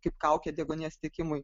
kaip kaukė deguonies tiekimui